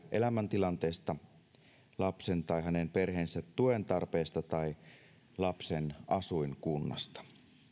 elämäntilanteesta lapsen tai hänen perheensä tuen tarpeesta tai lapsen asuinkunnasta